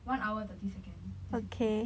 one hour thirty second just in case